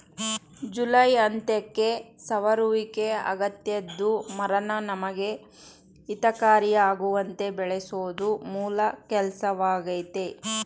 July ಅಂತ್ಯಕ್ಕೆ ಸವರುವಿಕೆ ಅಗತ್ಯದ್ದು ಮರನ ನಮಗೆ ಹಿತಕಾರಿಯಾಗುವಂತೆ ಬೆಳೆಸೋದು ಮೂಲ ಕೆಲ್ಸವಾಗಯ್ತೆ